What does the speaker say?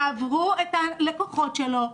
תעברו את הלקוחות שלו,